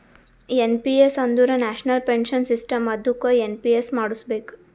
N P S ಅಂದುರ್ national pension system ಅದ್ದುಕ NPS ಮಾಡುಸ್ಬೇಕ್